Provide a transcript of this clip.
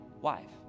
wife